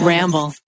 Ramble